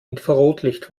infrarotlicht